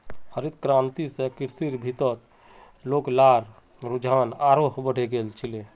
हरित क्रांति स कृषिर भीति लोग्लार रुझान आरोह बढ़े गेल छिले